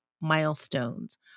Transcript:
Milestones